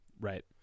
Right